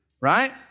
Right